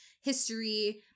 history